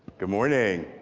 good morning!